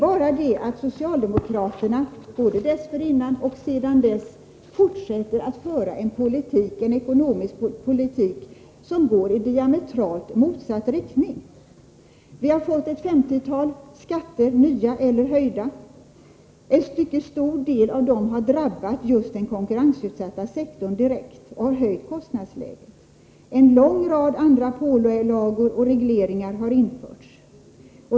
Men socialdemokraterna, både dessförinnan och sedan dess, fortsätter att föra en ekonomisk politik som går i diametralt motsatt riktning. Vi har fått ett femtiotal skatter — nya eller höjda. En stor del av dessa har drabbat just den konkurrensutsatta sektorn direkt och har höjt kostnadsläget. En lång rad andra pålagor och regleringar har införts.